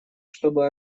чтобы